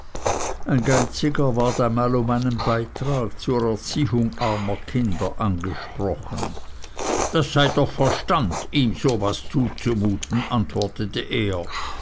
ein geiziger ward einmal um einen beitrag zur erziehung armer kinder angesprochen das sei doch verstand ihm so was zuzumuten antwortete er